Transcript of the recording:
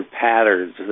patterns